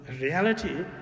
reality